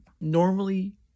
Normally